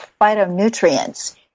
phytonutrients